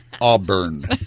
auburn